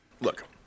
Look